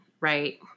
right